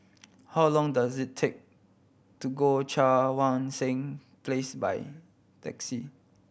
how long does it take to go Cheang Wan Seng Place by taxi